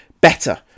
better